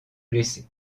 blessés